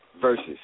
versus